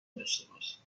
داشتهباشید